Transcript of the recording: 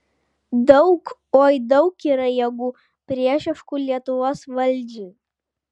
daug oi daug yra jėgų priešiškų lietuvos valdžiai